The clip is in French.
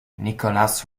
nicholas